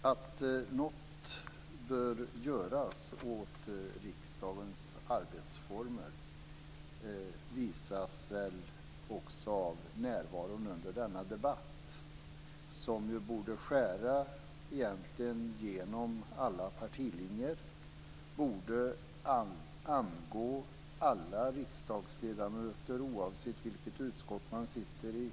Fru talman! Att något bör göras åt riksdagens arbetsformer visas väl också av närvaron under denna debatt. Den borde egentligen skära genom alla partilinjer och den borde angå alla riksdagsledamöter oavsett vilket utskott de sitter i.